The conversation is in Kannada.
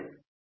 ಪ್ರೊಫೆಸರ್